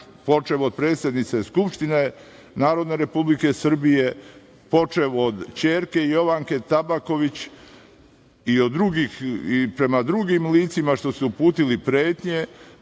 počev od predsednice Skupštine Republike Srbije, počev od ćerke Jovanke Tabaković i prema drugim licima što su uputili pretnje,